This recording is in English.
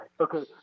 Okay